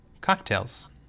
Cocktails